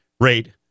rate